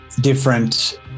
different